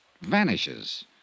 vanishes